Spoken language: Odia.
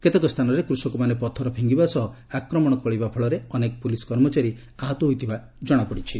କେତେକ ସ୍ଥାନରେ କୃଷକମାନେ ପଥର ଫିଙ୍ଗିବା ସହ ଆକ୍ରମଣ କରିବା ଫଳରେ ଅନେକ ପୁଲିସ କର୍ମଚାରୀ ଆହତ ହୋଇଥିବା ଜଣାପଡିଛି